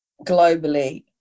globally